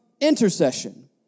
intercession